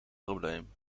probleem